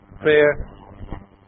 Prayer